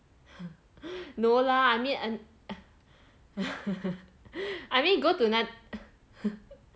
no lah I mean I mean go ano~